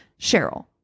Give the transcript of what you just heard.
Cheryl